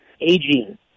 aging